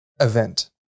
event